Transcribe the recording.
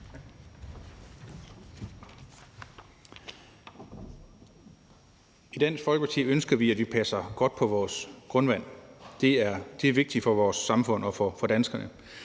I Dansk Folkeparti ønsker vi, at vi passer godt på vores grundvand. Det er vigtigt for vores samfund og for danskerne.